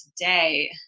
today